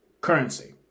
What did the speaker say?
currency